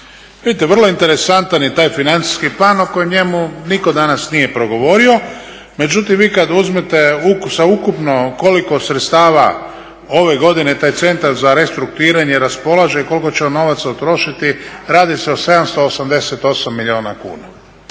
Vidite vrlo je interesantan i taj financijski plan o kojem, o njemu nitko danas nije progovorio. Međutim, vi kad uzmete sa ukupno koliko sredstava ove godine taj Centar za restrukturiranje raspolaže i koliko će on novaca utrošiti radi se o 788 milijuna kuna,